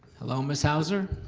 hello ms. hauser,